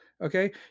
Okay